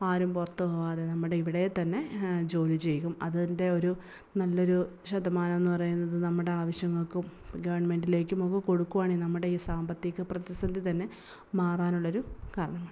ആരും പുറത്ത് പോകാതെ നമ്മുടെ ഇവിടേ തന്നെ ജോലി ചെയ്യും അതിൻ്റെ ഒരു നല്ലൊരു ശതമാനമെന്നു പറയുന്നത് നമ്മുടെ ആവശ്യങ്ങൾക്കും ഗവണ്മെൻറ്റിലേക്കുമൊക്കെ കൊടുക്കുകയാണെങ്കിൽ നമ്മുടെ ഈ സാമ്പത്തിക പ്രതിസന്ധി തന്നെ മാറാനുള്ള ഒരു കാരണമാണ്